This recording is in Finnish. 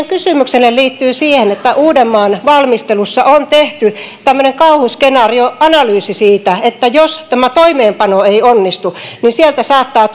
kysymyksenne liittyy siihen että uudenmaan valmistelussa on tehty tämmöinen kauhuskenaarioanalyysi siitä että jos tämä toimeenpano ei onnistu niin sieltä saattaa